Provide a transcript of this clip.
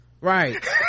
right